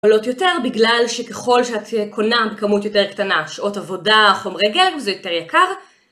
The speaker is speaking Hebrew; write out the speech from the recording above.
בגלל שככל שאת קונה בכמות יותר קטנה, שעות עבודה, חומרי גלם, זה יותר יקר.